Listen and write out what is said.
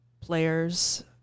players